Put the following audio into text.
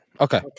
Okay